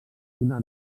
una